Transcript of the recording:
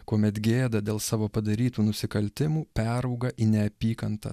kuomet gėda dėl savo padarytų nusikaltimų perauga į neapykantą